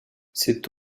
c’est